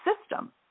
system